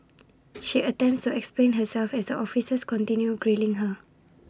she attempts to explain herself as the officers continue grilling her